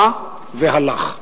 בא והלך.